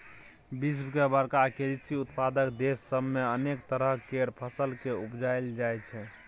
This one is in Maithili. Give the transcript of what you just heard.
विश्व के बड़का कृषि उत्पादक देस सब मे अनेक तरह केर फसल केँ उपजाएल जाइ छै